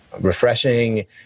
refreshing